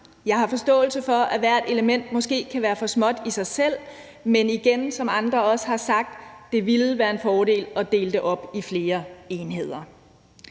Jeg har forståelse for, at hvert enkelt element måske kan være for småt i sig selv, men som andre også har sagt, ville det være en fordel at dele det op i flere enheder.